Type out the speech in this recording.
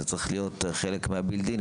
זה צריך להיות בילד אין.